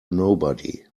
nobody